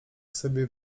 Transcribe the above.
sobie